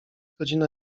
godzina